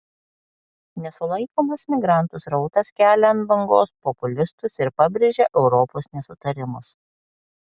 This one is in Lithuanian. nesulaikomas migrantų srautas kelia ant bangos populistus ir pabrėžia europos nesutarimus